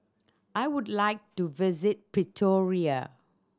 I would like to visit Pretoria